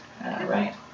Right